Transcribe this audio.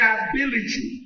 ability